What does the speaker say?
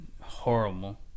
horrible